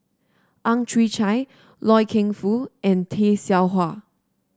Ang Chwee Chai Loy Keng Foo and Tay Seow Huah